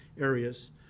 areas